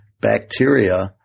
bacteria